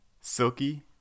Silky